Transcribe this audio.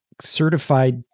certified